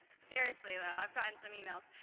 seriously though i've gotten some emails.